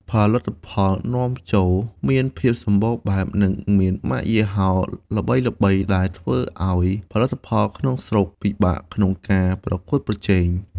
ផលិតផលនាំចូលមានភាពសម្បូរបែប និងមានម៉ាកយីហោល្បីៗ ដែលធ្វើឱ្យផលិតផលក្នុងស្រុកពិបាកក្នុងការប្រកួតប្រជែង។